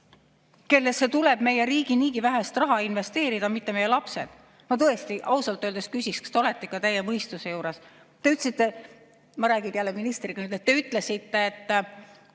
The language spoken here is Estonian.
kellesse tuleb meie riigi niigi vähest raha investeerida, mitte meie lapsed? Ma tõesti ausalt öeldes küsiks, kas te olete ikka täie mõistuse juures. Te ütlesite – ma räägin jälle ministriga –, te ütlesite, et